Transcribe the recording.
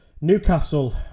Newcastle